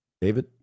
David